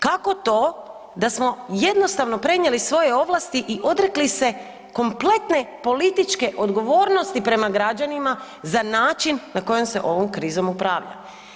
Kako to da smo jednostavno prenijeli svoje ovlasti i odrekli se kompletne političke odgovornosti prema građanima za način na koji se ovom krizom upravlja?